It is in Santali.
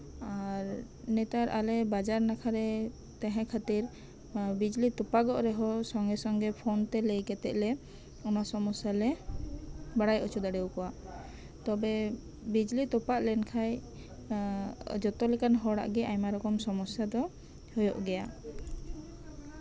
ᱟᱨ ᱱᱮᱛᱟᱨ ᱟᱞᱮ ᱵᱟᱡᱟᱨ ᱱᱟᱠᱷᱟᱨᱮ ᱛᱟᱸᱦᱮ ᱠᱷᱟᱹᱛᱤᱨ ᱵᱤᱡᱽᱞᱤ ᱛᱚᱯᱟᱜᱚᱜ ᱨᱮᱦᱚᱸ ᱥᱚᱝᱜᱮ ᱥᱚᱝᱜᱮ ᱯᱷᱳᱱ ᱠᱟᱛᱮᱜ ᱞᱮ ᱚᱱᱟ ᱥᱚᱢᱚᱥᱥᱟ ᱞᱮ ᱵᱟᱲᱟᱭ ᱦᱚᱪᱚ ᱠᱚᱣᱟ ᱛᱚᱵᱮ ᱵᱤᱡᱽᱞᱤ ᱛᱚᱯᱟᱜ ᱞᱮᱱᱠᱷᱟᱡ ᱡᱚᱛᱚ ᱞᱮᱠᱟᱱ ᱦᱚᱲᱟᱜ ᱜᱮ ᱥᱚᱢᱚᱥᱥᱟ ᱫᱚ ᱦᱩᱭᱩᱜ ᱜᱮᱭᱟ